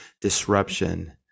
disruption